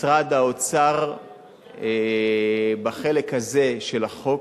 משרד האוצר בחלק הזה של החוק